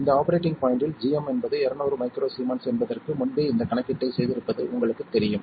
இந்த ஆபரேட்டிங் பாய்ண்டில் gm என்பது 200 µS என்பதற்கு முன்பே இந்தக் கணக்கீட்டைச் செய்திருப்பது உங்களுக்குத் தெரியும்